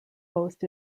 host